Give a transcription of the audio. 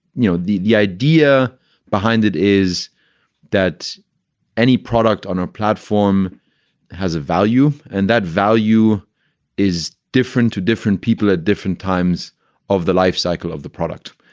you know, the the idea behind it is that any product on a platform has a value and that value is different to different people at different times of the lifecycle of the product.